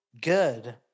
good